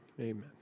Amen